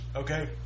okay